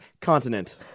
continent